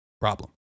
problem